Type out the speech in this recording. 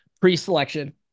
Pre-selection